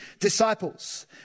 disciples